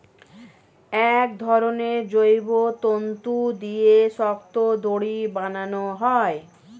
এক ধরনের জৈব তন্তু দিয়ে শক্ত দড়ি বানানো হয়